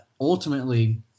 Ultimately